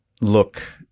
look